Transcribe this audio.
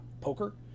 poker